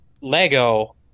Lego